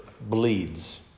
bleeds